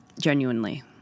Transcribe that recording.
genuinely